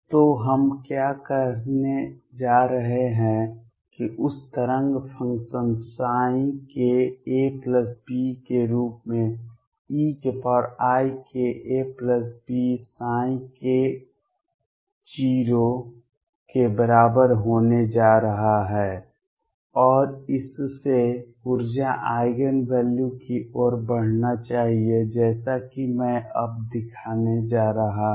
तो हम क्या कहने जा रहे हैं की उस तरंग फ़ंक्शन kab के रूप में eikabk के बराबर होने जा रहा है और इससे ऊर्जा आइगेन वैल्यू की ओर बढ़ना चाहिए जैसा कि मैं अब दिखाने जा रहा हूं